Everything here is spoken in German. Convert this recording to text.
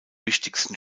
wichtigsten